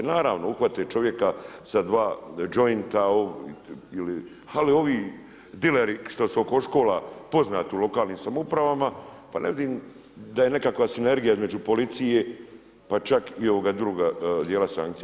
Naravno, uhvate čovjeka sa dva jointa ili, ali ovi dileri što su oko škola poznati u lokalnim samoupravama pa ne vidim da je nekakva sinergija između policije pa čak i ovoga drugoga dijela sankcija.